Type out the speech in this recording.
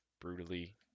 brutally